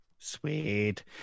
Sweet